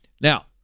Now